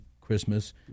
Christmas